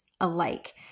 alike